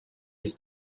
his